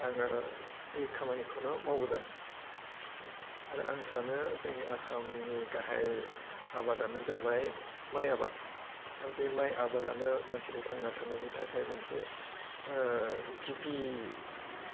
आङो बे खामानिखौनो मावबोदों आरो आं सानो जोंनि आसामनि गाहाइ आबादानो जाबाय माय आबाद आरो बे माय आबादानो मानसिनि थांना थानायनि थाखाय मोनसे गिबि